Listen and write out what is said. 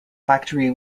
factory